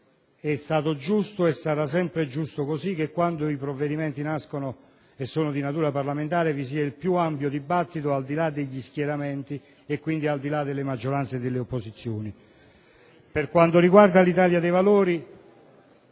è stato giusto e sarà sempre giusto che quando i provvedimenti sono di natura parlamentare, vi sia il più ampio dibattito, al di là degli schieramenti e quindi al di là delle maggioranze e delle opposizioni. Per quanto riguarda l'Italia dei Valori,